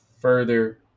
further